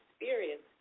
experience